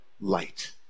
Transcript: light